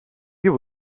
you